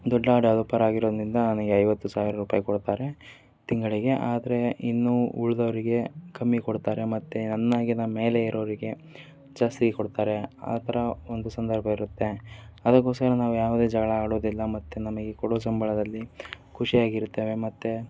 ದೊಡ್ಡ ಡೆವೆಲಪರ್ ಆಗಿರೋದರಿಂದ ನನಗೆ ಐವತ್ತು ಸಾವಿರ ರೂಪಾಯಿ ಕೊಡ್ತಾರೆ ತಿಂಗಳಿಗೆ ಆದರೆ ಇನ್ನೂ ಉಳಿದವರಿಗೆ ಕಮ್ಮಿ ಕೊಡ್ತಾರೆ ಮತ್ತೆ ನನಗಿಂತ ಮೇಲೆ ಇರೋರಿಗೆ ಜಾಸ್ತಿ ಕೊಡ್ತಾರೆ ಆ ಥರ ಒಂದು ಸಂದರ್ಭ ಇರುತ್ತೆ ಅದಕ್ಕೋಸ್ಕರ ನಾವು ಯಾವುದೇ ಜಗಳ ಆಡೋದಿಲ್ಲ ಮತ್ತೆ ನಮಗೆ ಕೊಡೋ ಸಂಬಳದಲ್ಲಿ ಖುಷಿ ಆಗಿರುತ್ತೇವೆ ಮತ್ತು